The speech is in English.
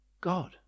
God